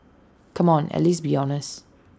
come on at least be honest